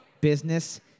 Business